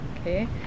Okay